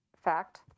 fact